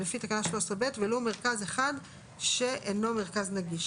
ולפי 13(ב) ולו מרכז אחד שאינו מרכז נגיש: